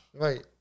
Right